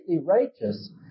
righteous